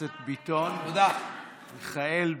הכנסת מיכאל ביטון,